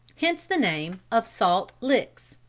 hence the name of salt licks.